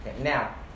Now